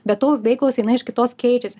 be to veiklos viena iš kitos keičiasi